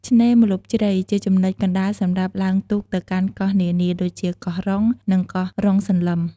ឆ្នេរម្លប់ជ្រៃ ជាចំណុចកណ្ដាលសម្រាប់ឡើងទូកទៅកាន់កោះនានាដូចជា កោះរុង និងកោះរ៉ុងសន្លឹម។